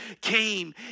came